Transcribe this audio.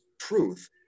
truth